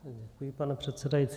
Děkuji, pane předsedající.